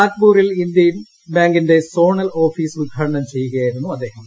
നാഗ്പൂരിൽ ഇന്ത്യൻ ബാങ്കിന്റെ zonal office ഉദ്ഘാടനം ചെയ്യുകയായിരുന്നു അദ്ദേഹം